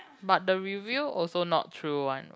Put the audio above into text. but the review also not true one